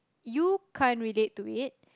you can't relate to it